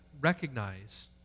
recognize